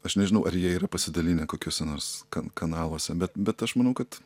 aš nežinau ar jie yra pasidalinę kokiuose nors kanaluose bet bet aš manau kad